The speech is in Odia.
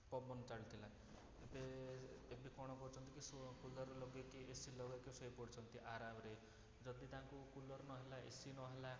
ପବନ ଚାଲିଥିଲା ଏବେ ଏବେ କ'ଣ କରୁଛନ୍ତି କି ସୁ କୁଲର ଲଗେଇକି ଏ ସି ଲଗେଇକି ଶୋଇପଡ଼ୁଛନ୍ତି ଆରାମରେ ଯଦି ତାଙ୍କୁ କୁଲର ନହେଲା ଏ ସି ନହେଲା